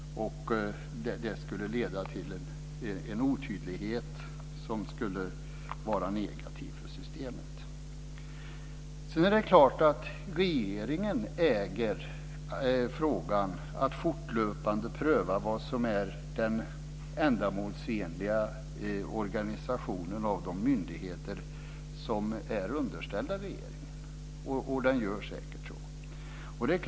Det skulle leda till en otydlighet som skulle vara negativt för systemet. Det är klart att regeringen äger frågan att fortlöpande pröva vad som är den ändamålsenliga organisationen av de myndigheter som är underställda regeringen och gör säkert också det.